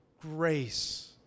grace